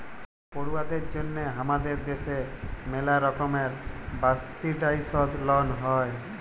পড়ুয়াদের জন্যহে হামাদের দ্যাশে ম্যালা রকমের সাবসিডাইসদ লন হ্যয়